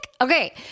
Okay